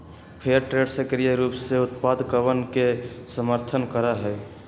fair trade सक्रिय रूप से उत्पादकवन के समर्थन करा हई